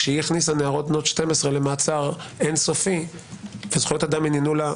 כשהיא הכניסה נערות בנות 12 למעצר אין-סופי וזכויות אדם עניינו לה,